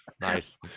Nice